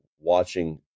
watching